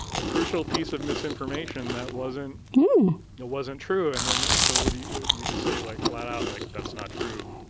ah crucial piece of misinformation that wasn't wasn't true. and then so what do you you just say, like, flat-out, like, that's not true?